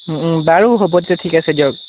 বাৰু হ'ব তেতিয়া ঠিক আছে বাৰু দিয়ক